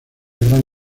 gran